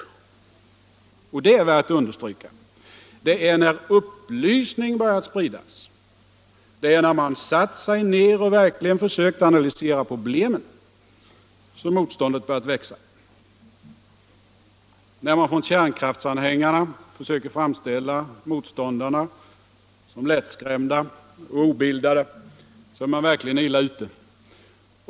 Och — det är värt att understryka — det är när upplysning börjat spridas, när man satt sig ned och verkligen försökt analysera problemen som motståndet börjat växa. När man från kärnkraftsanhängarna försöker framställa motståndarna som lättskrämda och obildade är man verkligen illa ute.